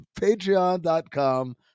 Patreon.com